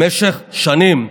משך שנים.